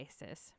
basis